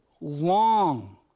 long